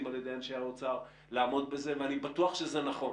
על ידי האוצר לעמוד בזה ואני בטוח שזה נכון,